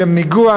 לשם ניגוח?